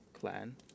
clan